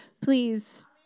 please